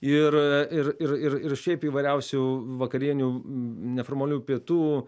ir ir ir ir ir šiaip įvairiausių vakarienių neformalių pietų